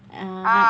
ah